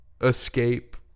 escape